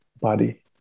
body